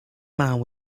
man